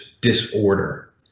disorder